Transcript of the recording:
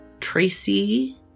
Tracy